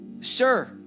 sir